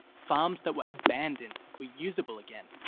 farms that were abandoned were usable again.